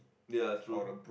ya true